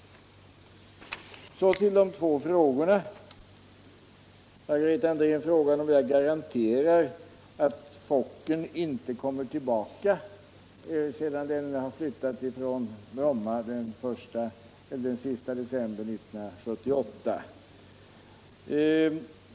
Så till de två frågorna. Margareta Andrén frågade om jag garanterar att Fokkern inte kommer tillbaka sedan den har flyttat från Bromma den 31 december 1978.